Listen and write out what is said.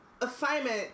assignment